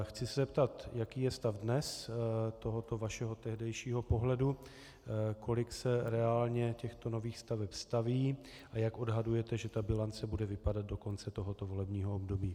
Chci se zeptat, jaký je stav dnes tohoto vašeho tehdejšího pohledu, kolik se reálně těchto nových staveb staví a jak odhadujete, že ta bilance bude vypadat do konce tohoto volebního období.